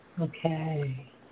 Okay